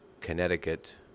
Connecticut